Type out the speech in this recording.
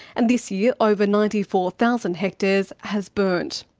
and this year over ninety four thousand hectares has burnt.